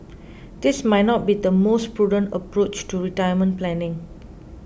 this might not be the most prudent approach to retirement planning